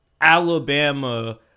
Alabama